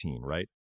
right